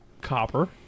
copper